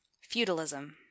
Feudalism